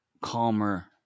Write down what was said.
calmer